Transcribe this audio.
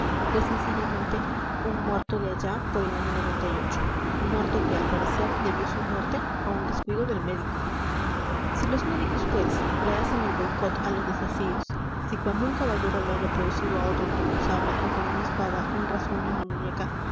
pues sencillamente un muerto de allá por el año muerto que al parecer debió su muerte a un descuido del médico si los médicos pues le hacen el boicot a los desafíos si cuando un caballero le haya producido a otro con un sable o con una espada un rasguño en la muñeca